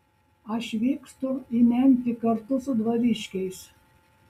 aš vykstu į memfį kartu su dvariškiais